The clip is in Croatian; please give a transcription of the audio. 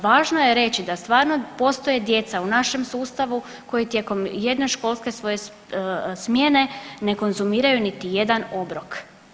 Važno je reći da stvarno postoje djeca u našem sustavu koji tijekom jedne školske svoje smjene ne konzumiraju niti jedan obrok.